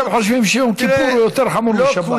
אתם חושבים שיום כיפור יותר חמור משבת.